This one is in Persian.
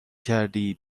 کردی